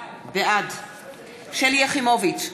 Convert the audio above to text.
בעד שלי יחימוביץ,